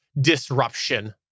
disruption